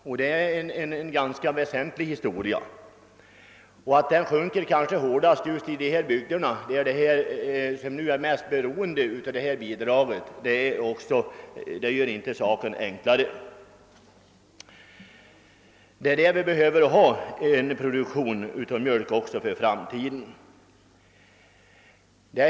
Och produktionen sjunker kanske mest just i de bygder som är mest beroende av detta bidrag. Det gör inte det hela lättare. Vi behöver en produktion av mjölk också för framtiden.